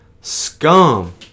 scum